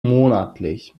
monatlich